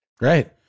Right